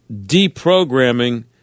deprogramming